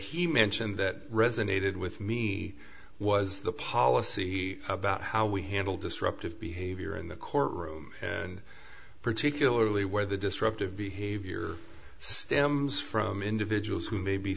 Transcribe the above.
he mentioned that resonated with me was the policy about how we handle disruptive behavior in the courtroom and particularly where the disruptive behavior stems from individuals who may be